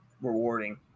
rewarding